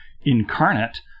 incarnate